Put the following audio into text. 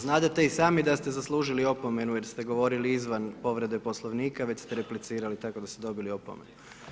Znadete i sami da ste zaslužili opomenu jer ste govorili izvan povrede Poslovnika, već ste replicirali, tako da ste dobili opomenu.